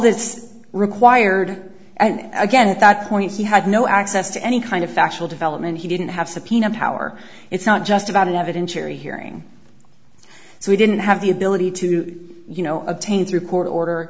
this required and again at that point he had no access to any kind of factual development he didn't have subpoena power it's not just about an evidentiary hearing so we didn't have the ability to you know obtain through court order